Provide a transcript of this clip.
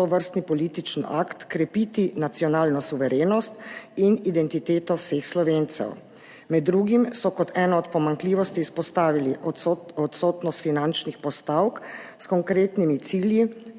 tovrstni politični akt krepiti nacionalno suverenost in identiteto vseh Slovencev. Med drugim so kot ena od pomanjkljivosti izpostavili odsotnost finančnih postavk s konkretnimi cilji,